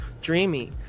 dreamy